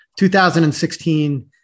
2016